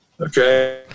okay